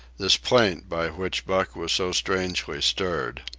this plaint by which buck was so strangely stirred.